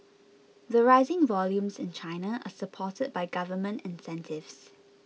the rising volumes in China are supported by government incentives